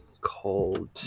called